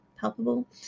palpable